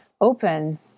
open